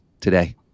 today